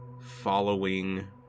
following